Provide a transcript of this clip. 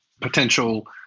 potential